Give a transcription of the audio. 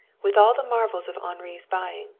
with all the marvels of henri's buying,